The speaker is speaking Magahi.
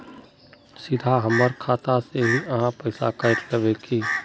सीधा हमर खाता से ही आहाँ पैसा काट लेबे की?